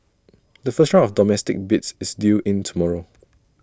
the first round of domestic bids is due in tomorrow